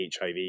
HIV